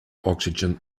oxygen